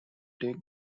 take